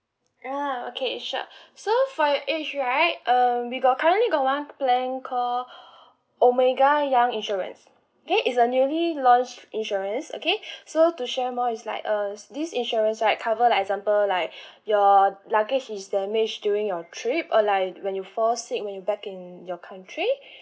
uh okay sure so for your age right um we got currently got one plan call omega young insurance okay it's a newly launched insurance okay so to share more is like uh this insurance like cover like example like your luggage is damaged during your trip or like when you fall sick when you back in your country